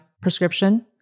prescription